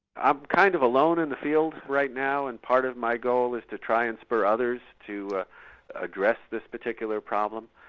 i'm kind of alone in the field right now, and part of my goal is to try and spur others to address this particular problem.